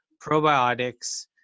probiotics